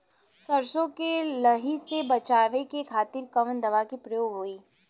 सरसो के लही से बचावे के खातिर कवन दवा के प्रयोग होई?